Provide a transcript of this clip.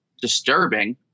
disturbing